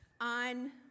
On